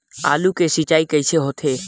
आलू के सिंचाई कइसे होथे?